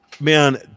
man